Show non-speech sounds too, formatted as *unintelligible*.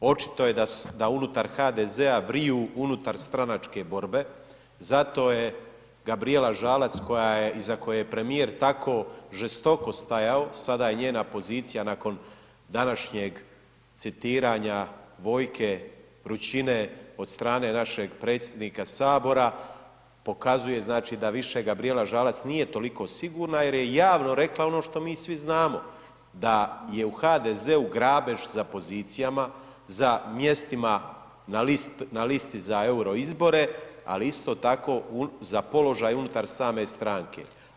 Očito je da unutar HDZ-a vriju unutar stranačke borbe zato je Gabrijela Žalac koja je, iza koje je premijer tako žestoko stajao, sada je njena pozicija nakon današnjeg citiranja, ... *unintelligible* vrućine od strane našeg predsjednika Sabora pokazuje znači da više Gabrijela Žalac nije toliko sigurna jer je javno rekla ono što mi svi znamo da je u HDZ-u grabež za pozicijama, za mjestima na listi za euroizbore ali isto tako za položaj unutar same stranke.